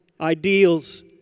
ideals